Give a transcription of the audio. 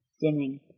dimming